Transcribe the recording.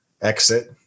exit